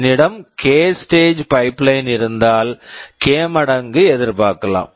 என்னிடம் K k stage pipeline இருந்தால் K k மடங்கு speedup ஐ எதிர்பார்க்கலாம்